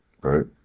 right